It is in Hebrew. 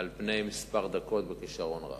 בכמה דקות בכשרון רב.